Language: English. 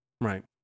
Right